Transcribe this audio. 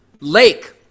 Lake